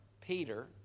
Peter